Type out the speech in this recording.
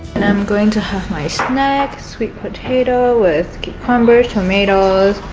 and i'm going to have my snack sweet potato with humber tomatoes,